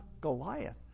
Goliath